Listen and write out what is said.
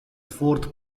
fourth